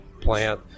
plant